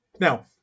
Now